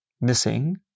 missing